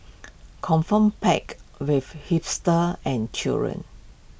confirm packed with hipsters and children